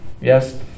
Yes